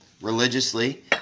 religiously